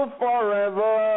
forever